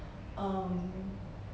um